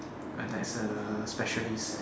my dad's a specialist